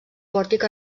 pòrtic